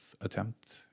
attempt